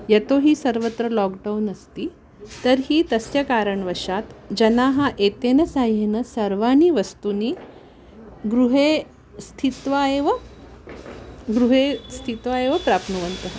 यतो हि सर्वत्र लाक्डौन् अस्ति तर्हि तस्य कारणवशात् जनाः एतस्य सहायेन सर्वाणि वस्तूनि गृहे स्थित्वा एव गृहे स्थित्वा एव प्राप्नुवन्ति